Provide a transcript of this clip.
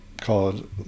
called